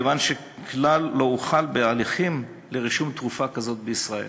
מכיוון שכלל לא הוחל בהליכים לרישום תרופה כזאת בישראל.